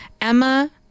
emma